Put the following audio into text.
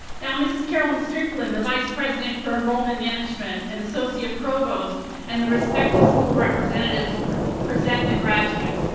now mrs. caroline strickland, the vice-president for enrollment management and associate provost and the respective school representatives will present the graduates.